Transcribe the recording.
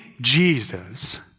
Jesus